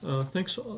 Thanks